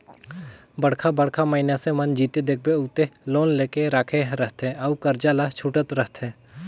बड़का बड़का मइनसे मन जिते देखबे उते लोन लेके राखे रहथे अउ करजा ल छूटत रहथे